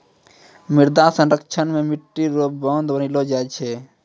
मृदा संरक्षण मे मट्टी रो बांध बनैलो जाय छै